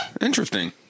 Interesting